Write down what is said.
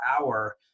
hour